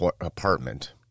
apartment